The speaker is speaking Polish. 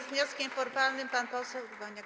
Z wnioskiem formalnym pan poseł Urbaniak.